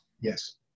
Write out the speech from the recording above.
Yes